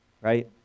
right